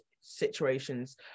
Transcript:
situations